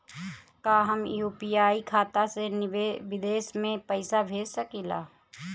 का हम यू.पी.आई खाता से विदेश में पइसा भेज सकिला?